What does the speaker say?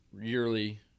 yearly